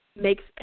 makes